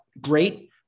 great